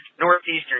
northeastern